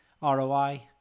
ROI